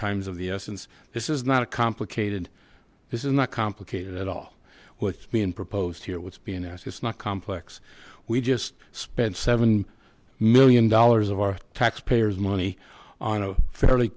times of the essence this is not a complicated this is not complicated at all what's being proposed here what's being asked it's not complex we just spent seven million dollars of our taxpayers money on a fairly